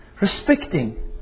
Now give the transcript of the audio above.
Respecting